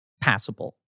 passable